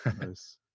Nice